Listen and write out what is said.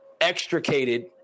extricated